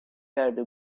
کرده